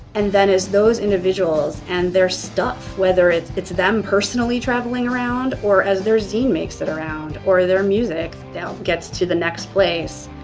and then as those individuals and their stuff, whether it's it's them personally traveling around, or as their zine makes it around, or their music that gets to the next place,